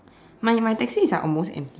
my my taxi is like almost empty